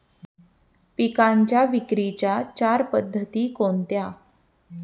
पिकांच्या विक्रीच्या चार पद्धती कोणत्या?